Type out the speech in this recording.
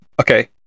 Okay